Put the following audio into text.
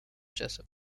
jessup